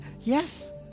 Yes